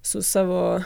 su savo